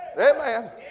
Amen